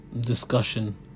discussion